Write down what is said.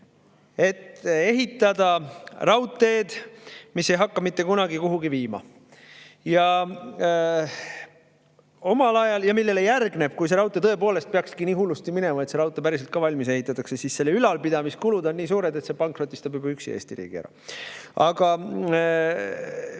et ehitada raudteed, mis ei hakka mitte kunagi kuhugi viima. Ja sellele järgneb – kui tõepoolest peakski nii hullusti minema, et see raudtee päriselt ka valmis ehitatakse – see, et selle ülalpidamiskulud on nii suured, et see pankrotistab juba üksi Eesti riigi ära. Aga